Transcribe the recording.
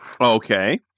Okay